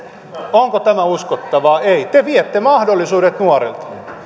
onko tämä uskottavaa ei te viette mahdollisuudet